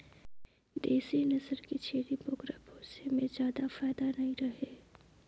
देसी नसल के छेरी बोकरा पोसई में जादा फायदा नइ रहें